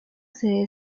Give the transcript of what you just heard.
sede